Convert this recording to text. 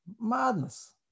Madness